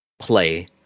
play